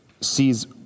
sees